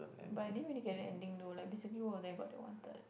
but I didn't really get the ending though like basically both of them got they wanted